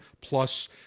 plus